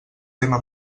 tema